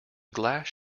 glass